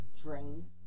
drains